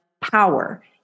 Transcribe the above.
power